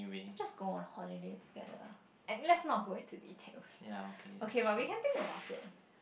just go on a holiday together and a~ let's not go into details okay but we can think about it